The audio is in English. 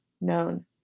known